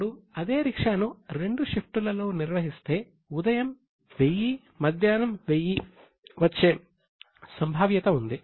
ఇప్పుడు అదే రిక్షాను 2 షిఫ్టులలో నిర్వహిస్తే ఉదయం 1000 మధ్యాహ్నం 1000 వచ్చే సంభావ్యత ఉంది